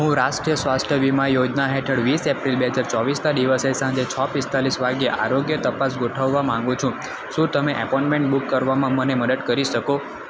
હું રાષ્ટ્રીય સ્વાસ્થ્ય વીમા યોજના હેઠળ વીસ એપ્રિલ બે હજાર ચોવીસના દિવસે સાંજે છ પિસ્તાલીસ વાગ્યે આરોગ્ય તપાસ ગોઠવવા માંગુ છું શું તમે એપોઈન્ટમેન્ટ બુક કરવામાં મને મદદ કરી શકો